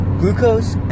glucose